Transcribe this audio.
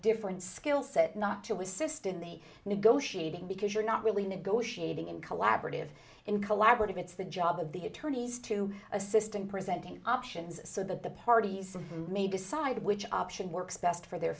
different skill set not to assist in the negotiating because you're not really negotiating in collaborative and collaborative it's the job of the attorneys to assist in presenting options so that the parties may decide which option works best for their